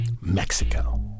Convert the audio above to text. Mexico